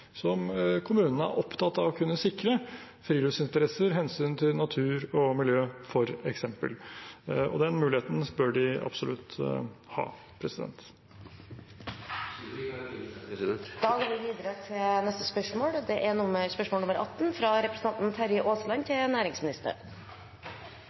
er opptatt av å kunne sikre, f.eks. friluftsinteresser og hensyn til natur og miljø. Den muligheten bør de absolutt ha. Det er synd vi ikke har et minutt til, president. Vi går tilbake til spørsmål 18.